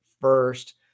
first